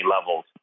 levels